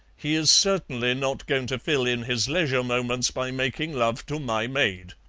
he is certainly not going to fill in his leisure moments by making love to my maid.